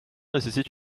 nécessite